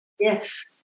Yes